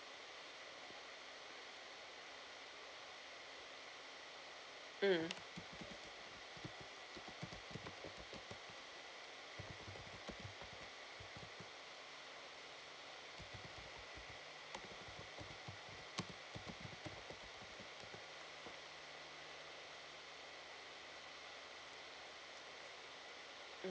mm